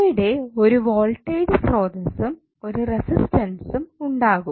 അവിടെ ഒരു വോൾട്ടേജ് സ്രോതസ്സും ഒരു റെസിസ്റ്റൻസും ഉണ്ടാകും